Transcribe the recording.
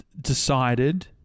decided